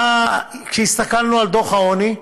כשהסתכלנו על דוח העוני,